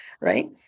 right